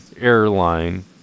airline